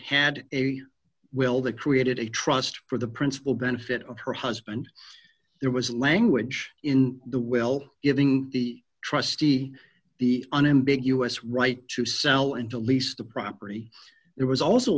had a will that created a trust for the principal benefit of her husband there was language in the well giving the trustee the an ambiguous right to sell and to lease the property there was also